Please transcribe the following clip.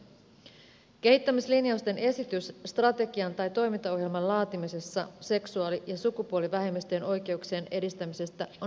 kehittämislin jauksen esitys strategian tai toimintaohjelman laatimisesta seksuaali ja sukupuolivähemmistöjen oikeuksien edistämisestä on hyvin tärkeä